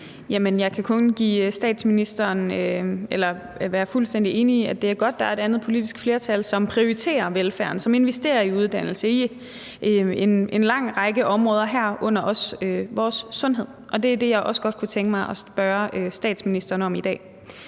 jeg kan kun være fuldstændig enig i, at det er godt, at der er et andet politisk flertal, som prioriterer velfærden, som investerer i uddannelse og i en lang række områder, herunder også vores sundhed. Og det er det, jeg også godt kunne tænke mig at spørge statsministeren om i dag,